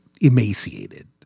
emaciated